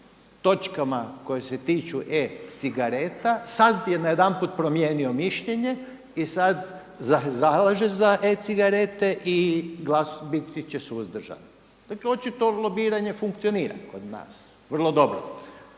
točkama koje se tiču e-cigareta sad je najedanput promijenio mišljenje i sad zalaže za e-cigarete i biti će suzdržan. Dakle, očito lobiranje funkcionira kod nas vrlo dobro.